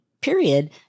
period